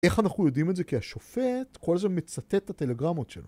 איך אנחנו יודעים את זה? כי השופט, כל זה מצטט את הטלגרמות שלו.